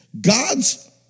God's